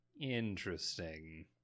interesting